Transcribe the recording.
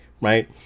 right